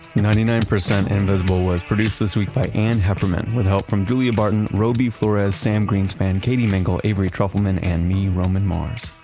ninety nine percent invisible was produced this week by ann hepperman, with help from julie barton, robbie flores, sam greenspan, katie mingle, avery trufelman and me, roman mars.